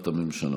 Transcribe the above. הודעת הממשלה